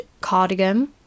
cardigan